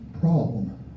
problem